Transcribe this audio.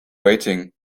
waiting